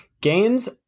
Games